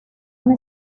una